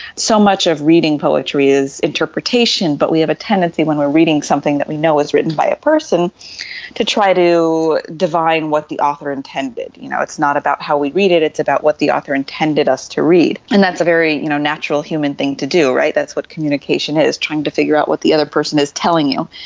so much of reading poetry is interpretation, but we have a tendency when we are reading something that we know is written by a person to try to divine what the author intended. you know it's not about how we read it, it's about what the author intended us to read. and that's a very you know natural human thing to do, that's what communication is, trying to figure out what the other person is telling you,